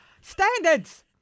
Standards